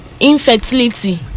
Infertility